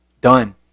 Done